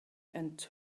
and